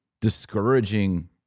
discouraging